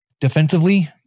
Defensively